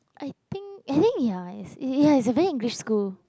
I think I think ya it's it's has a very English school